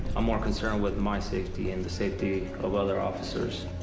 i'm more concerned with my safety and the safety of other officers.